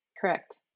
Correct